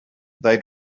they